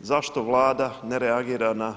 Zašto Vlada ne reagira na